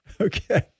Okay